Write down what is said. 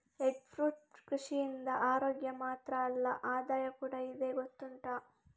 egg fruit ಕೃಷಿಯಿಂದ ಅರೋಗ್ಯ ಮಾತ್ರ ಅಲ್ಲ ಆದಾಯ ಕೂಡಾ ಇದೆ ಗೊತ್ತುಂಟಾ